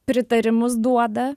pritarimus duoda